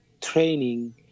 training